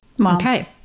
Okay